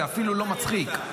זה אפילו לא מצחיק.